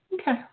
okay